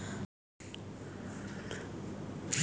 धान के फसल में यूरिया कब कब दहल जाला?